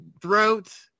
throat